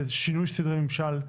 זה שינוי סדרי ממשל,